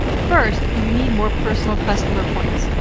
first, you need more personal customer points.